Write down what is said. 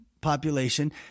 population